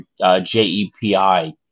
JEPI